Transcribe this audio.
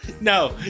no